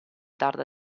tarda